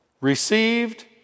received